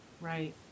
right